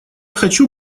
хочу